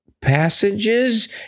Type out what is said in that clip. passages